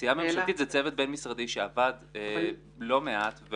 עשייה ממשלתית זה צוות בין-משרדי שעבד לא מעט.